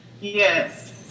Yes